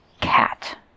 cat